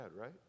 right